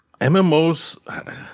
MMOs